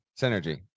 Synergy